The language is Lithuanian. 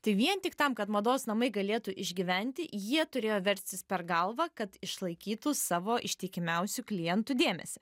tai vien tik tam kad mados namai galėtų išgyventi jie turėjo verstis per galvą kad išlaikytų savo ištikimiausių klientų dėmesį